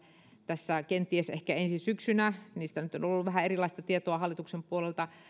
tässä kenties ehkä ensi syksynä niistä nyt on on ollut vähän erilaista tietoa hallituksen puolelta